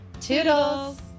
Toodles